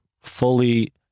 fully